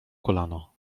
kolano